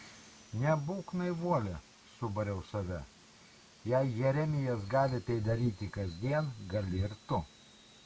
nebūk naivuolė subariau save jei jeremijas gali tai daryti kasdien gali ir tu